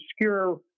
obscure